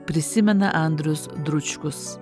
prisimena andrius dručkus